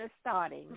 starting